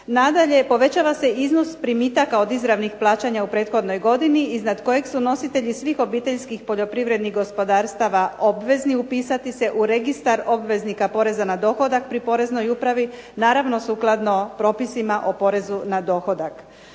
Nadalje, povećava se iznos primitaka od izravnih plaćanja u prethodnoj godini iznad kojeg su nositelji svih obiteljskih poljoprivrednih gospodarstava obvezni upisati se u Registar obveznika poreza na dohodak pri Poreznoj upravi naravno sukladno propisima o porezu na dohodak.